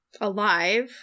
alive